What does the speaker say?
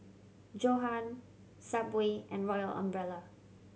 Johan Subway and Royal Umbrella